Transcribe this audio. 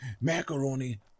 macaroni